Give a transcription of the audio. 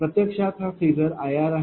प्रत्यक्षात हा phasor Ir आहे